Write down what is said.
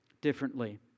differently